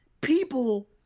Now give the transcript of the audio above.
people